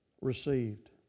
received